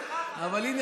אבל הינה,